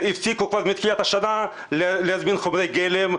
הפסיקו כבר בתחילת השנה להזמין חומרי גלם.